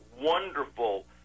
wonderful